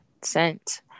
sent